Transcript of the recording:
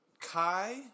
kai